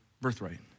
birthright